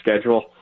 schedule